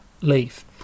leave